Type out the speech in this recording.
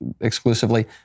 exclusively